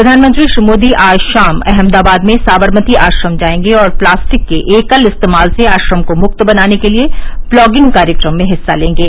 प्रधानमंत्री श्री मोदी आज शाम अहमदाबाद में साबरमती आश्रम जाएंगे और प्लास्टिक के एकल इस्तेमाल से आश्रम को मुक्त बनाने के लिए प्लॉगिंग कार्यक्रम में हिस्सा लेंगे